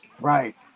right